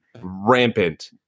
rampant